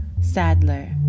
Sadler